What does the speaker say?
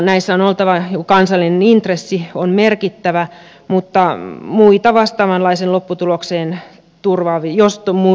näissä on oltava merkittävä kansallinen intressi mutta jos muita vastaavanlaisen lopputuloksen turvaavia josta muu